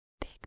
big